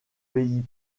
pays